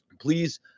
please